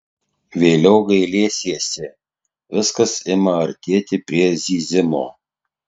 vėliau gailėsiesi viskas ima artėti prie zyzimo